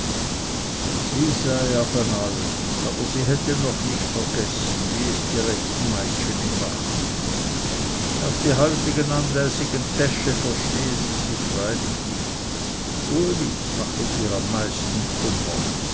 aber sie hätte noch nicht vergessen wie es die rechten meitscheni machen auf die heutigen anlässigen täsche verstehe sie sich freilich nicht uli mache ihr am meisten kummer